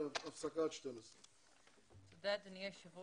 תודה רבה.